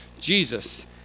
Jesus